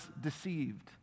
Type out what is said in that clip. deceived